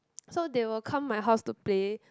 so they will come my house to play